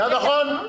נכון.